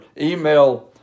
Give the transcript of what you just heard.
email